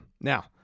Now